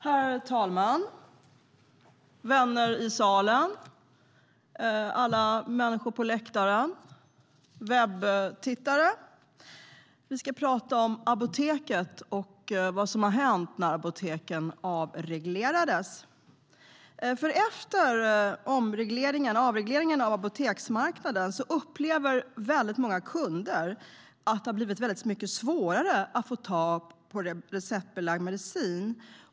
Herr talman! Vänner i salen! Alla människor på läktaren! Webbtittare! Vi ska tala om apoteket och vad som har hänt sedan Apoteket avreglerades. Efter omregleringen av apoteksmarknaden upplever många kunder att det har blivit mycket svårare att få tag på receptbelagd medicin.